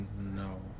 no